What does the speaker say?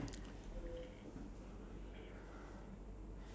ya interesting thing cause like from there you got a lot of things ah